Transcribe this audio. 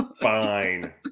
Fine